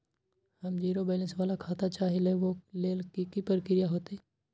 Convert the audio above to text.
हम zero balance वाला खाता चाहइले वो लेल की की प्रक्रिया होतई?